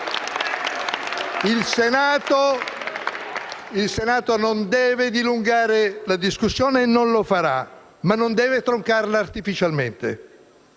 Il Senato non deve dilungare la discussione e non lo farà, ma non deve troncarla artificialmente.